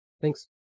Thanks